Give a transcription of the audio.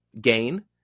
gain